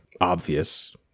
obvious